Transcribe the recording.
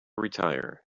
retire